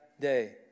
day